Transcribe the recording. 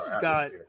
got